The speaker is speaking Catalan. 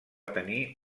tenir